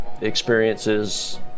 experiences